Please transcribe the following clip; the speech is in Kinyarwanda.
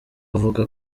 avuga